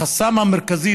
החסם המרכזי,